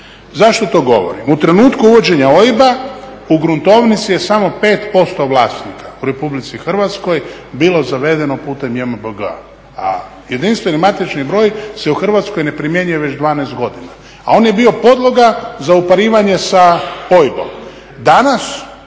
Zašto to govorim? U trenutku uvođenja OIB-a u gruntovnici je samo 5% vlasnika u Republici Hrvatskoj bilo zavedeno putem JMBG-a, a jedinstveni matični broj se u Hrvatskoj ne primjenjuje već 12 godina, a on je bio podloga za uparivanje sa OIB-om.